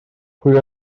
pwy